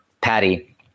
Patty